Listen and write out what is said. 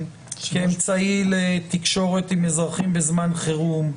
כאמצעי לתקשורת עם האזרחים בזמן חירום,